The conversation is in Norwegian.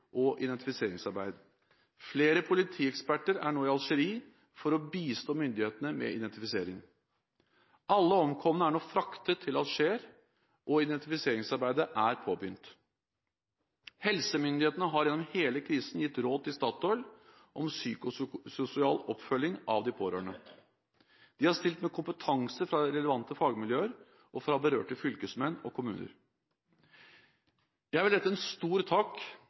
og identifiseringsarbeid. Flere politieksperter er nå i Algerie for å bistå myndighetene med identifisering. Alle omkomne er nå fraktet til Alger, og identifiseringsarbeidet er påbegynt. Helsemyndighetene har gjennom hele krisen gitt råd til Statoil om psykososial oppfølging av de pårørende. De har stilt med kompetanse fra relevante fagmiljøer og fra berørte fylkesmenn og kommuner. Jeg vil rette en stor takk